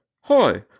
Hi